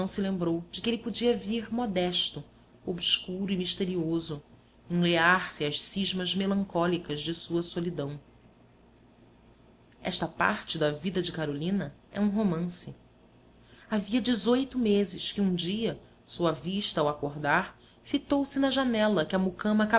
se lembrou de que ele podia vir modesto obscuro e misterioso enlear se às cismas melancólicas de sua solidão esta parte da vida de carolina é um romance avia meses que um dia sua vista ao acordar fitou se na janela que a mucama